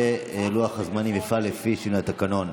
ולוח הזמנים יפעל לפי שינוי התקנון.